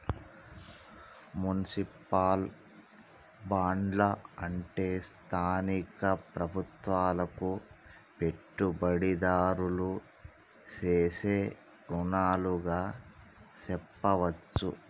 municipal బాండ్లు అంటే స్థానిక ప్రభుత్వాలకు పెట్టుబడిదారులు సేసే రుణాలుగా సెప్పవచ్చు